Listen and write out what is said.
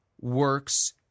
works